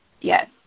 Yes